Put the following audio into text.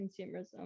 consumerism